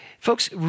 Folks